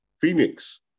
Phoenix